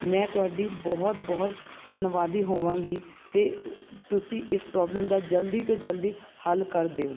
ਮੈਂ ਤੁਹਾਡੀ ਬਹੁਤ ਬਹੁਤ ਧੰਨਵਾਦੀ ਹੋਵਾਂਗੀ ਅਤੇ ਤੁਸੀਂ ਇਸ ਪ੍ਰੋਬਲਮ ਦਾ ਜਲਦੀ ਤੋਂ ਜਲਦੀ ਹੱਲ ਕਰ ਦਿਉ